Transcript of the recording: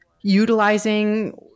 utilizing